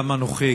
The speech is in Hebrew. גם אנוכי,